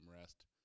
rest